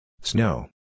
Snow